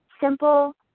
Simple